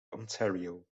ontario